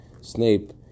Snape